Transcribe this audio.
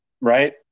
Right